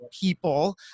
people